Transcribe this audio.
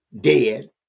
Dead